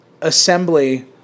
assembly